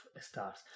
stars